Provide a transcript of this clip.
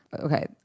Okay